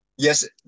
Yes